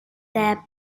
their